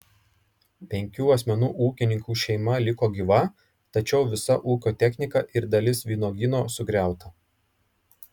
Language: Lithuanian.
penkių asmenų ūkininkų šeima liko gyva tačiau visa ūkio technika ir dalis vynuogyno sugriauta